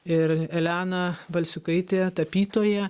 ir elena balsiukaitė tapytoja